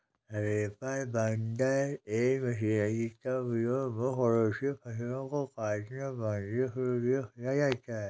reaper binder एक machine है जिसका उपयोग मुख्य रूप से फसलों को काटने और बांधने के लिए किया जाता है